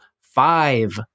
five